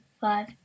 five